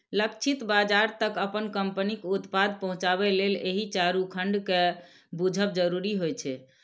लक्षित बाजार तक अपन कंपनीक उत्पाद पहुंचाबे लेल एहि चारू खंड कें बूझब जरूरी होइ छै